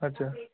ଆଚ୍ଛା